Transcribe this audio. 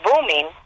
booming